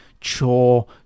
chore